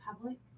public